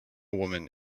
woman